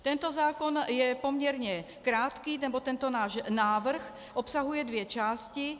Tento zákon je poměrně krátký, neboť tento náš návrh, obsahuje dvě části.